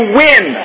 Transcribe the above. win